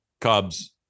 Cubs